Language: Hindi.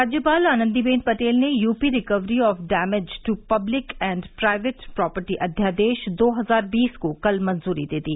राज्यपाल आनंदी बेन पटेल ने UP recovery of damage to public and private property अध्यादेश दो हजार बीस को कल मंजूरी दे दी